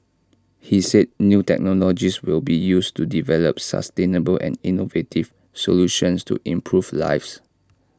he said new technologies will be used to develop sustainable and innovative solutions to improve lives